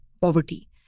poverty